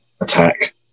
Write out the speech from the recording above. attack